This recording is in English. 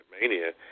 mania